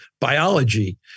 biology